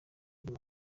uyu